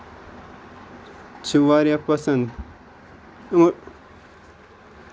چھِ واریاہ پَسند اور